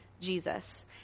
Jesus